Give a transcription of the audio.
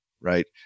right